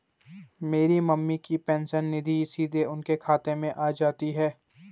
मेरी मम्मी की पेंशन निधि सीधे उनके खाते में आ जाती है